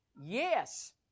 Yes